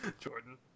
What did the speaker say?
Jordan